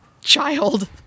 child